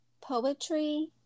poetry